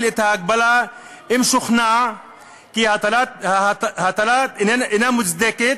את ההגבלה אם שוכנע כי ההטלה אינה מוצדקת,